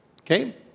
Okay